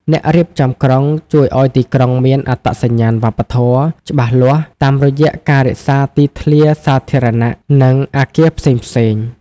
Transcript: អ្នករៀបចំក្រុងជួយឱ្យទីក្រុងមាន "អត្តសញ្ញាណវប្បធម៌" ច្បាស់លាស់ តាមរយៈការរក្សាទីធ្លាសាធារណៈ និងអាគារផ្សេងៗ។